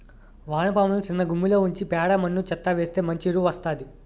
వానపాములని సిన్నగుమ్మిలో ఉంచి పేడ మన్ను చెత్తా వేస్తె మంచి ఎరువు వస్తాది